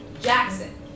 Jackson